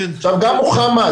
גם מוחמד,